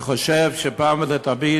אני חושב שאחת ולתמיד